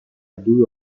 due